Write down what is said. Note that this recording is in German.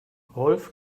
rolf